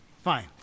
Fine